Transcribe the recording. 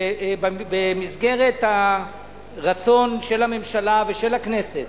ובמסגרת הרצון של הממשלה ושל הכנסת,